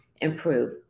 improve